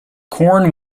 corn